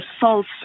false